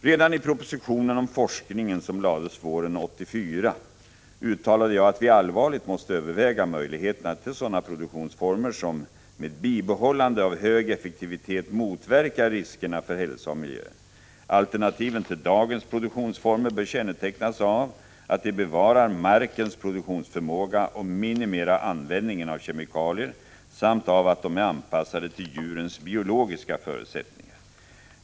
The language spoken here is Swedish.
Redan i propositionen (1983 86:47 minimerar användningen av kemikalier samt av att de är anpassade till 9 december 1985 djurens biologiska förutsättningar.